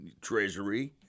Treasury